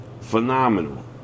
phenomenal